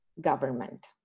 government